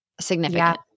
Significant